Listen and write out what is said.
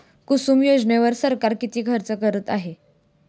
कुसुम योजनेवर सरकार किती खर्च करत आहे?